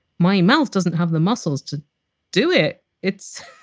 my mouth doesn't have the muscles to do it. it's